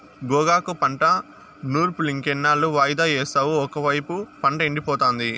గోగాకు పంట నూర్పులింకెన్నాళ్ళు వాయిదా యేస్తావు ఒకైపు పంట ఎండిపోతాంది